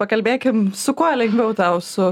pakalbėkim su kuo lengviau tau su